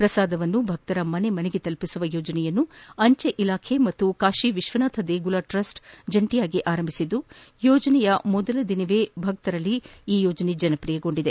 ಪ್ರಸಾದವನ್ನು ಭಕ್ತಾಧಿಗಳ ಮನೆ ಮನೆಗೆ ತಲುಪಿಸುವ ಯೋಜನೆಯನ್ನು ಅಂಚೆ ಇಲಾಖೆ ಹಾಗೂ ಕಾಶಿ ವಿಶ್ವನಾಥ ದೇಗುಲ ಟ್ರಸ್ಟ್ ಜಂಟಿಯಾಗಿ ಆರಂಭಿಸಿದ್ದು ಯೋಜನೆ ಆರಂಭಿಸಿದ ಮೊದಲ ದಿನವೇ ಭಕ್ತಾಧಿಗಳಲ್ಲಿ ಈ ಯೋಜನೆ ಜನಪ್ರಿಯಗೊಂಡಿದೆ